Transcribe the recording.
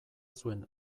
zuen